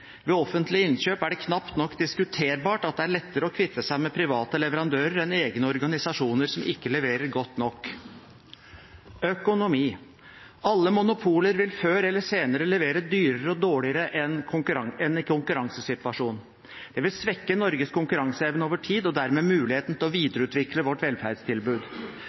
Ved offentlige innkjøp er det knapt nok diskuterbart at det er lettere å kvitte seg med private leverandører enn med egne organisasjoner som ikke leverer godt nok. Økonomi: Alle monopoler vil før eller senere levere dyrere og dårligere enn i en konkurransesituasjon. Det vil svekke Norges konkurranseevne over tid og dermed muligheten til å videreutvikle vårt velferdstilbud.